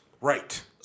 Right